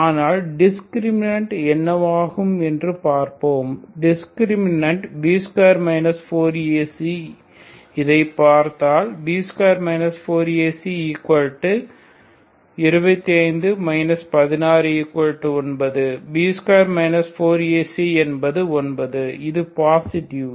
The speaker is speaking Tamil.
ஆனால் டிஸ்கிரிமினன்ட் என்னவாகும் என்று பார்ப்போம் டிஸ்கிரிமினன்ட் B2 4AC இதை பார்த்தால் B2 4AC25 169 B2 4AC என்பது 9 இது பாசிடிவ்